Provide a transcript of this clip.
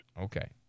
Okay